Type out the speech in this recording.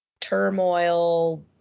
turmoil